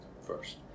first